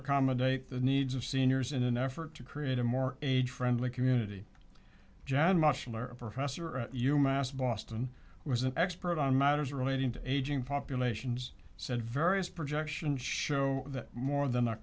accommodate the needs of seniors in an effort to create a more age friendly community john marshall are a professor at u mass boston was an expert on matters relating to aging populations said various projections show that more than a